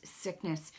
sickness